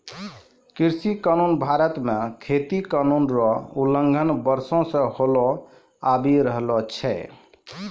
कृषि कानून भारत मे खेती कानून रो उलंघन वर्षो से होलो आबि रहलो छै